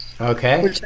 Okay